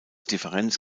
differenz